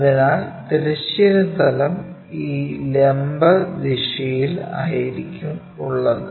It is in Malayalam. അതിനാൽ തിരശ്ചീന തലം ഈ ലംബ ദിശയിൽ ആയിരിക്കും ഉള്ളത്